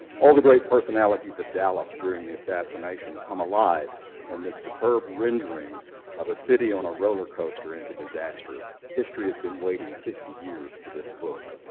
all the great personalities of dallas during the assassination come alive in this superb rendering of a city on a roller coaster into disaster. disaster. history has been waiting fifty years for this book.